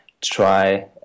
try